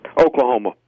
Oklahoma